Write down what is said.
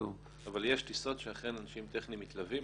אבל יש טיסות שאכן אנשים טכניים מתלווים,